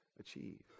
achieve